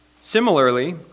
Similarly